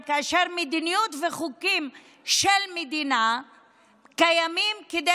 מדיניות וחוקים של מדינה קיימים כדי